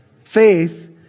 Faith